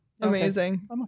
Amazing